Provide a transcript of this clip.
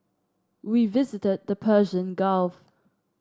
we visited the Persian Gulf